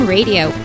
Radio